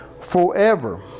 forever